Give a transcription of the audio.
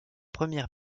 première